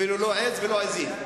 אפילו לא עז ולא עזים.